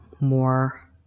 more